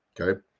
okay